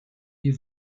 die